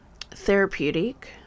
therapeutic